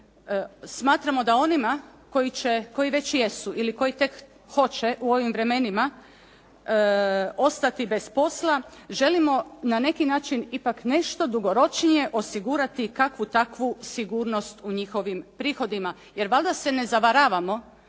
smatramo da onima koji će, koji već jesu ili koji tek hoće u ovim vremenima ostati bez posla, želimo na neki način ipak nešto dugoročnije osigurati kakvu takvu sigurnost u njihovim prihodima. Jer valjda se ne zavaravamo